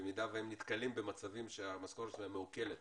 במידה והם נתקלים במצבים שהמשכורת שלהם מעוקלת